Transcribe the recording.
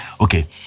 Okay